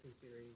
series